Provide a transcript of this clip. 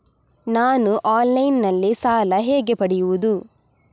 ನಾನು ಆನ್ಲೈನ್ನಲ್ಲಿ ಸಾಲ ಹೇಗೆ ಪಡೆಯುವುದು?